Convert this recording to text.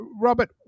Robert